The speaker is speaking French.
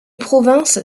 province